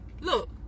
Look